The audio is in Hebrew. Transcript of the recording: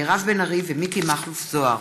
מירב בן ארי ומיקי מכלוף זוהר